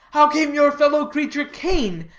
how came your fellow-creature, cain,